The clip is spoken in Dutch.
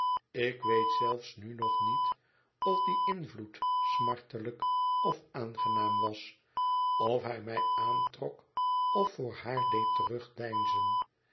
ik weet zelfs nu nog niet of die invloed smartelyk of aangenaam was of hij mij aantrok of voor haar deed terugdeinzen